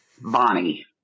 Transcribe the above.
Bonnie